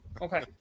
Okay